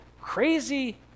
crazy